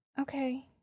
Okay